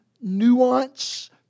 nuance